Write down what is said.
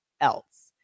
else